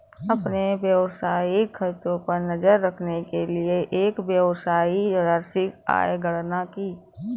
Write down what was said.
अपने व्यावसायिक खर्चों पर नज़र रखने के लिए, एक व्यवसायी वार्षिक आय गणना की मांग करता है